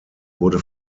wurde